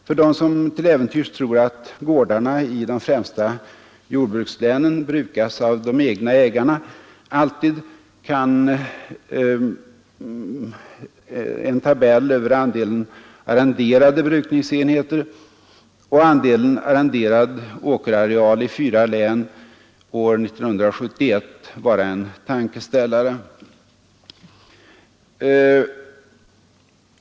För dem som till äventyrs tror att alla gårdarna i de främsta jordbrukslänen brukas av de egna ägarna kan en tabell över andelen arrenderade brukningsenheter och andelen arrenderad åkerareal i fyra län år 1971 vara en tankeställare.